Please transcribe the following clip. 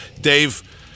Dave